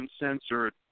uncensored